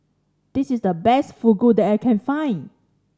this is the best Fugu that I can find